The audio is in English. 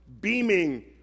beaming